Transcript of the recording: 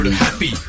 happy